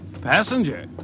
Passenger